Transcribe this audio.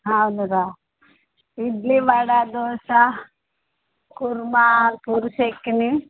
అవునురా ఇడ్లీ వడ దోస కుర్మా పురిచెక్కిని